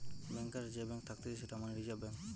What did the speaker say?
ব্যাংকারের যে ব্যাঙ্ক থাকতিছে সেটা মানে রিজার্ভ ব্যাঙ্ক